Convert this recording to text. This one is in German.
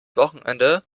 wochenende